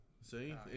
See